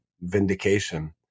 vindication